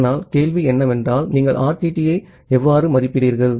ஆனால் கேள்வி என்னவென்றால் நீங்கள் RTTயை எவ்வாறு மதிப்பிடுகிறீர்கள்